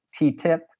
TTIP